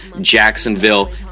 Jacksonville